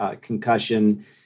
concussion